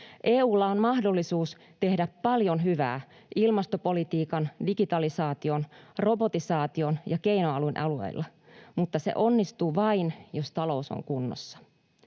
EU:lla on mahdollisuus tehdä paljon hyvää ilmastopolitiikan, digitalisaation, robotisaation ja keinoälyn alueilla, mutta se onnistuu vain, jos talous on kunnossa.